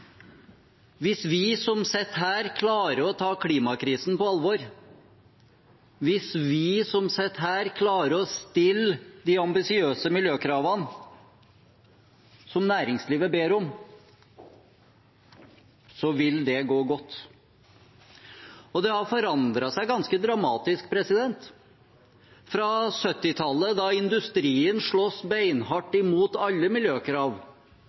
Hvis vi som sitter her, klarer å ta klimakrisen på alvor, hvis vi som sitter her, klarer å stille de ambisiøse miljøkravene som næringslivet ber om, vil det gå godt. Det har forandret seg ganske dramatisk fra 1970-tallet, da industrien slåss beinhardt imot alle miljøkrav